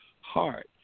heart